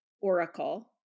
Oracle